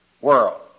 world